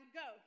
go